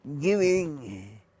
giving